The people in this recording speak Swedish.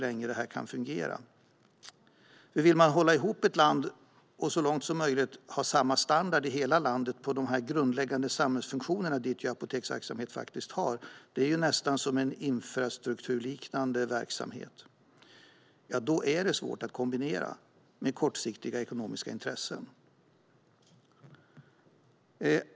Om man vill hålla ihop ett land och så långt som möjligt ha samma standard i hela landet när det gäller de grundläggande samhällsfunktionerna, dit apoteksverksamhet hör - det är nästan som en infrastrukturliknande verksamhet - är det svårt att kombinera med kortsiktiga ekonomiska intressen.